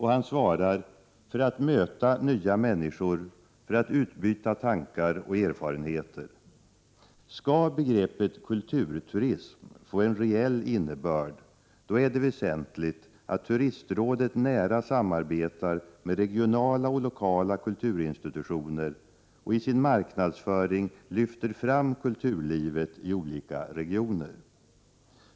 Han svarar: För att möta nya människor, för att utbyta tankar och erfarenheter. Skall begreppet kulturturism få en reell innebörd är det väsentligt att turistrådet nära samarbetar med regionala och lokala kulturinstitutioner och lyfter fram kulturlivet i olika regioner i sin marknadsföring.